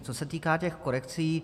Co se týká těch korekcí.